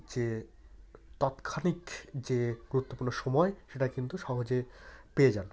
যে তাৎক্ষনিক যে গুরুত্বপূর্ণ সময় সেটা কিন্তু সহজে পেয়ে যান